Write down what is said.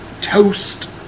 toast